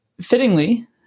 Fittingly